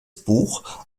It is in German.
buch